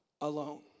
alone